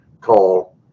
Call